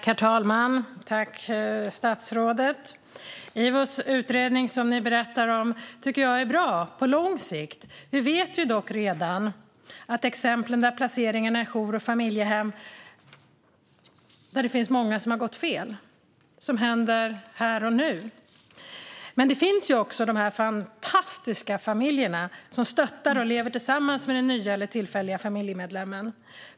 Herr talman! Tack, statsrådet! Jag tycker att IVO:s utredning, som statsrådet berättade om, är bra på lång sikt. Vi vet dock redan att exemplen där placeringarna i jour och familjehem gått fel är många. Detta händer här och nu. Men det finns också fantastiska familjer som stöttar och lever tillsammans med den nya eller tillfälliga familjemedlemmen.